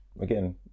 again